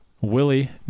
Willie